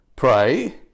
pray